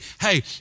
hey